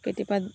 কেতিয়াবা